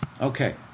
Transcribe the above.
Okay